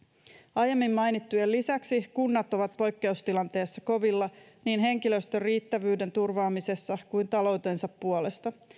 aiemmin mainittujen lisäksi kunnat ovat poikkeustilanteessa kovilla niin henkilöstön riittävyyden turvaamisessa kuin taloutensa puolesta